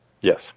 Yes